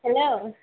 hello